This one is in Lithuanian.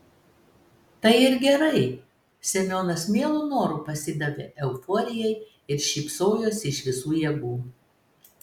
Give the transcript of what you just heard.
tai ir gerai semionas mielu noru pasidavė euforijai ir šypsojosi iš visų jėgų